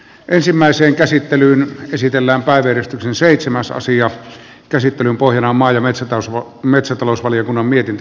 ensimmäiseen käsittelyyn esitellään parker seitsemäns asian käsittelyn maa ja metsätalousvaliokunnan mietintö